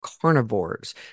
carnivores